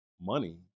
money